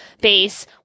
base